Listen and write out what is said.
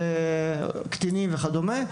קטינים וכדומה,